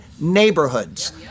neighborhoods